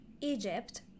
Egypt